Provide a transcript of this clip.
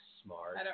smart